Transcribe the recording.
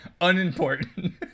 Unimportant